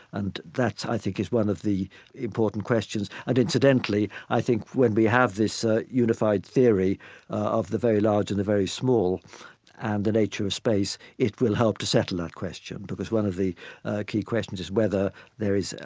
and that i think is one of the important questions. and incidentally, i think when we have this ah unified theory of the very large and the very small and the nature of space, it will help to settle that question. because one of the key questions is whether there is,